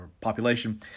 population